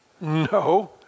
No